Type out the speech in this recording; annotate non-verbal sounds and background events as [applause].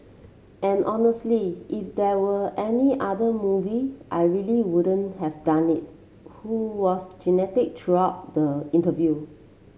and honestly if there were any other movie I really wouldn't have done it who was [unintelligible] throughout the interview